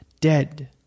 dead